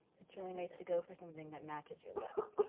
it's really nice to go for something that matches your lip.